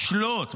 ישלוט,